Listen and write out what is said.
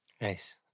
Nice